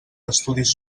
estudis